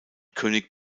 könig